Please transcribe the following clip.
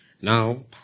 Now